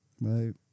right